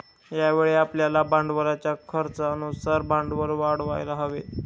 यावेळी आपल्याला भांडवलाच्या खर्चानुसार भांडवल वाढवायला हवे